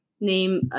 Name